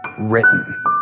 written